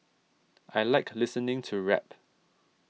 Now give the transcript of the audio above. I like listening to rap